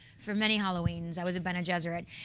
for many halloweens i was a bene gesserit.